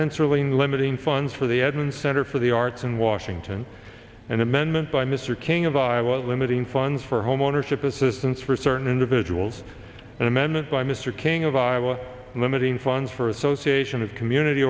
hensarling limiting funds for the admin center for the arts in washington an amendment by mr king of i was limiting funds for homeownership assistance for certain individuals an amendment by mr king of iowa limiting funds for association of community